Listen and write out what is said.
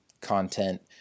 content